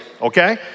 Okay